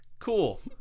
cool